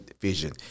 vision